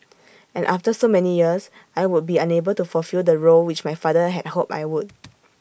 and after so many years I would be unable to fulfil the role which my father had hoped I would